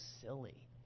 silly